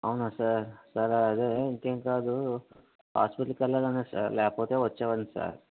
అవునా sir sir అదే ఇంకేం కాదు హాస్పటల్కి వెళ్లాలనే సార్ లేకపోతే వచ్చేవాడిని సార్